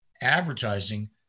advertising